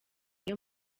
iyo